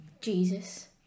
Jesus